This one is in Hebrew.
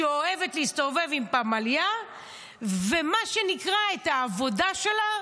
שאוהבת להסתובב עם פמליה ומה שנקרא, העבודה שלה,